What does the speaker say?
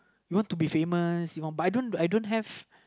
you want to be famous but I don't I don't have